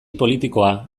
politikoa